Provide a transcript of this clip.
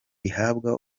ihabwa